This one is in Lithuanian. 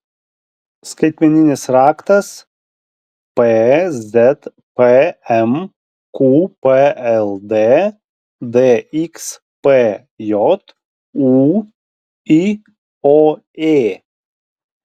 skaitmeninis raktas pzpm qpld dxpj ūioė